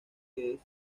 que